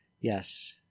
Yes